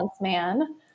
man